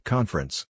Conference